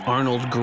Arnold